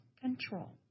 control